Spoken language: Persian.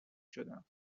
شدم